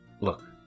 look